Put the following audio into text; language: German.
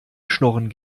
schnorren